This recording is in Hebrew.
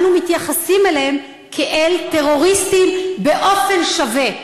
ואנו מתייחסים אליהם כאל טרוריסטים באופן שווה.